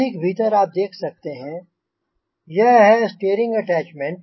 अधिक भीतर आप देख सकते हैं यह है स्टीरिंग अटैच्मेंट